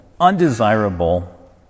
undesirable